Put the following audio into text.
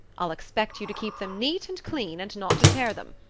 i'll expect you to keep them neat and clean and not to tear them.